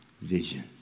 vision